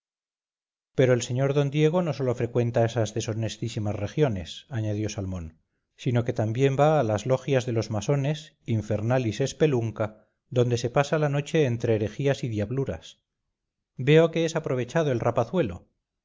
pero el sr d diego no sólo frecuenta esas deshonestísimas regiones añadió salmón sino que también va a las logias de los masones infernalis espelunca donde se pasa la noche entre herejías y diabluras veo que es aprovechado el